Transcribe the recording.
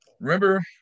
Remember